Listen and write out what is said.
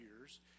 years